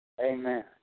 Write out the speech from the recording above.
Amen